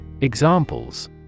Examples